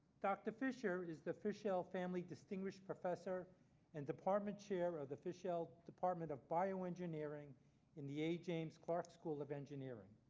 dr fisher is the official family distinguished professor and department chair of the fishell department of bioengineering in the a. james clark school of engineering.